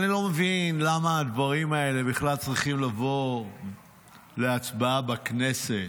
אני לא מבין למה הדברים האלה בכלל צריכים לבוא להצבעה בכנסת,